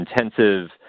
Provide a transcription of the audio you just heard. intensive